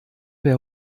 per